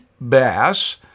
Bass